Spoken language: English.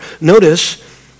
Notice